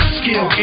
skill